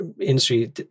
industry